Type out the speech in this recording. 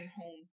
home